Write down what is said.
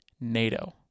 NATO